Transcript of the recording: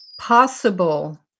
possible